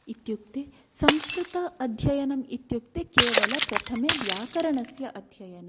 इत्युक्ते संस्कृत अध्ययनम् इत्युक्ते केवलं प्रथमं व्याकरणस्य अध्ययनं